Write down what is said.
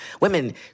women